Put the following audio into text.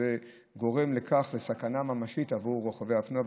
זה גורם סכנה ממשית לרוכבי האופנוע.